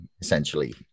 essentially